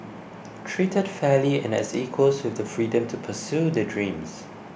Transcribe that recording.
treated fairly and as equals with the freedom to pursue their dreams